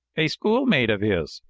a schoolmate of his,